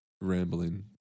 rambling